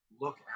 look